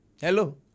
Hello